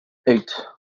eight